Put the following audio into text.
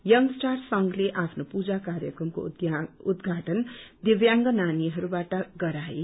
young star संघले आफ्नो पूजा कार्यक्रमको उद्घाटन दिव्यांग नानीहरूबाट गराए